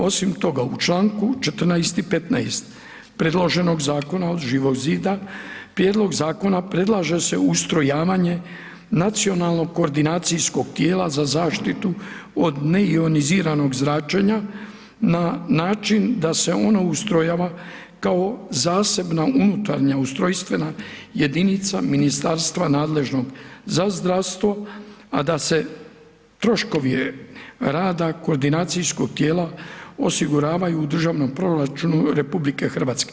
Osim toga u čl. 14. i 15. predloženog zakona od Živog zida prijedlog zakona predlaže se ustrojavanje nacionalnog koordinacijskog tijela za zaštitu od neioniziranog zračenja na način da se ona ustrojava kao zasebna unutarnja ustrojstvena jedinica ministarstva nadležnog za zdravstvo, a da se troškovi rada koordinacijskog tijela osiguravaju u državnom proračunu RH.